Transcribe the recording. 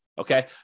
Okay